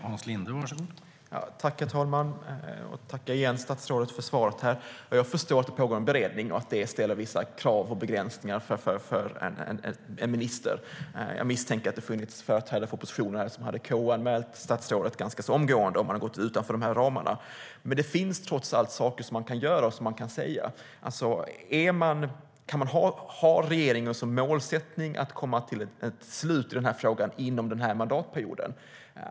Herr talman! Jag tackar statsrådet för svaret. Jag förstår att det pågår en beredning och att detta innebär vissa krav och begränsningar för en minister. Jag misstänker att det finns företrädare för oppositionen som ganska omgående hade KU-anmält statsrådet om hon hade gått utanför de ramarna. Men det finns trots allt saker man kan göra och säga. Har regeringen som målsättning att komma till ett slut i den här frågan under den här mandatperioden?